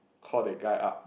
call that guy up